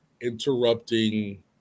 interrupting